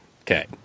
okay